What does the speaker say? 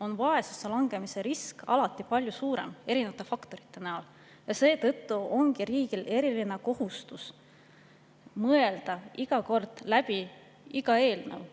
on vaesusesse langemise risk alati palju suurem, erinevate faktorite tõttu. Seetõttu ongi riigil eriline kohustus mõelda läbi iga eelnõu,